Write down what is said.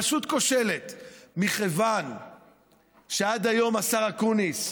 פשוט כושלת, מכיוון שעד היום, השר אקוניס,